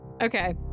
Okay